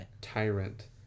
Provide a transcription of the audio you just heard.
tyrant